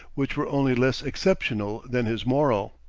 which were only less exceptional than his moral.